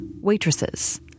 Waitresses